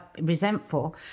resentful